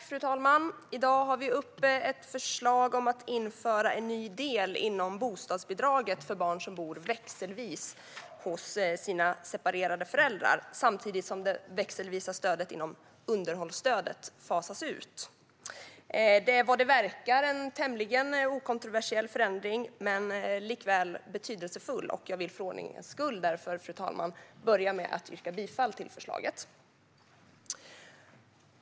Fru talman! I dag har vi uppe ett förslag om att införa en ny del inom bostadsbidraget för barn som bor växelvis hos sina separerade föräldrar, samtidigt som den växelvisa delen av underhållsstödet fasas ut. Det är vad det verkar en tämligen okontroversiell förändring. Likväl är den betydelsefull, och jag vill för ordningens skull därför, fru talman, börja med att yrka bifall till förslaget.